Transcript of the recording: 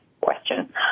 question